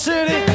City